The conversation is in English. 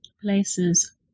places